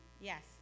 yes